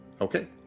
Okay